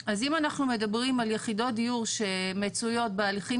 אז אם אנחנו מדברים על יחידות דיור שמצויות בהליכים